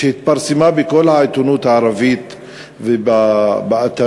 שהתפרסמה בכל העיתונות הערבית ובאתרים,